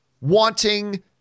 wanting